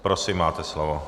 Prosím, máte slovo.